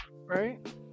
right